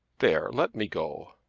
there let me go,